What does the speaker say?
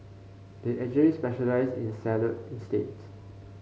they actually specialise in salad instead